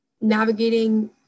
navigating